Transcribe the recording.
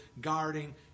guarding